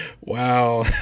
Wow